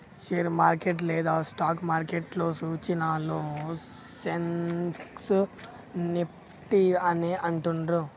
share market లేదా stock మార్కెట్లో సూచీలను సెన్సెక్స్, నిఫ్టీ అని అంటుండ్రు